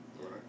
Right